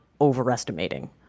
overestimating